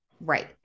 Right